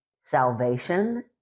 salvation